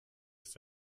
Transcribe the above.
ist